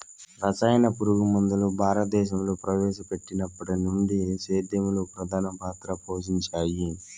రసాయన పురుగుమందులు భారతదేశంలో ప్రవేశపెట్టినప్పటి నుండి సేద్యంలో ప్రధాన పాత్ర పోషించాయి